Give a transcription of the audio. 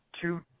two